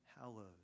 Hallowed